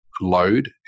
load